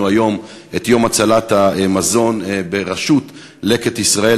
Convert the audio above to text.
היום את יום הצלת המזון בראשות "לקט ישראל".